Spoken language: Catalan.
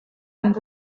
amb